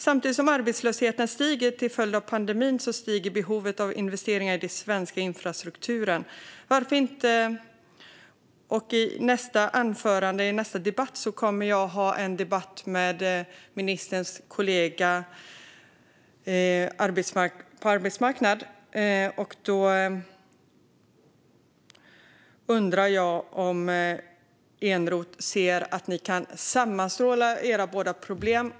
Samtidigt som arbetslösheten stiger till följd av pandemin stiger behovet av investeringar i den svenska infrastrukturen. Min nästa interpellationsdebatt blir med ministerns kollega arbetsmarknadsministern. Jag undrar om minister Eneroth ser att de två kan slå samman sina båda problem.